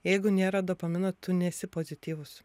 jeigu nėra dopamino tu nesi pozityvus